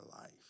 life